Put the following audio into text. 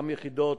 גם יחידות,